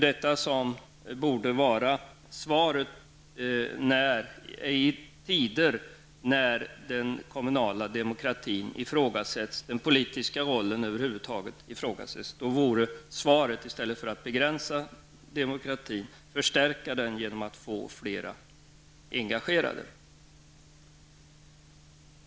Detta borde vara svaret i tider då den kommunala demokratin ifrågasätts och den politiska rollen över huvud taget ifrågasätts. I stället för att begränsa demokratin borde man förstärka den genom att få flera engagerade.